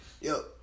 yo